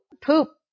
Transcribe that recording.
poop